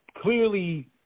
clearly